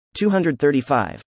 235